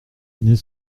dîner